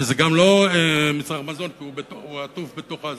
וזה גם לא מצרך מזון כי הוא עטוף בתוך,